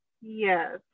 yes